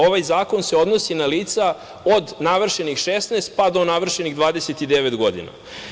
Ovaj zakon se odnosi na lica od navršenih 16 pa do navršenih 29 godina.